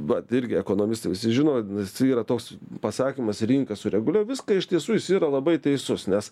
vat irgi ekonomistai visi žino nes yra toks pasakymas rinka sureguliuoja viską iš tiesų jis yra labai teisus nes